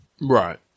Right